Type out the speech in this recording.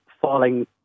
falling